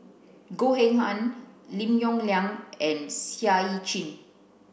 Goh Eng Han Lim Yong Liang and Seah Eu Chin